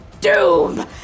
doom